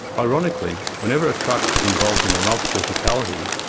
ironically, whenever a truck is involved in a multiple fatality,